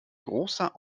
großer